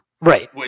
right